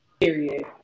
Period